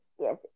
Yes